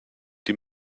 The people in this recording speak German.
die